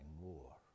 more